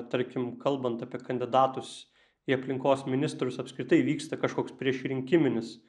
tarkim kalbant apie kandidatus į aplinkos ministrus apskritai vyksta kažkoks priešrinkiminis